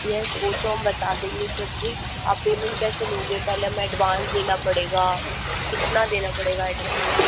yes वह तो हम बता देंगे क्योंकि आप पेमेंट कैसे लोगे पहले हमें एडवांस देना पड़ेगा कितना देना पड़ेगा एडवांस